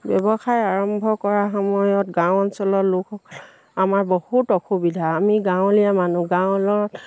ব্যৱসায় আৰম্ভ কৰাৰ সময়ত গাঁও অঞ্চলৰ লোকসকলৰ আমাৰ বহুত অসুবিধা আমি গাঁৱলীয়া মানুহ গাঁৱৰ